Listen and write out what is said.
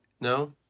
No